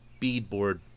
beadboard